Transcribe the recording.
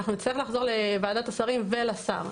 אנחנו נצטרך לחזור לוועדת השרים ולשר.